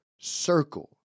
circle